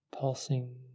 pulsing